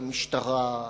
המשטרה,